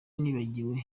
nibagiwe